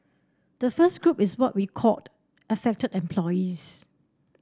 the first group is what we called affected employees